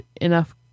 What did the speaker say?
enough